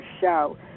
show